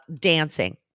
Dancing